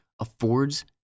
affords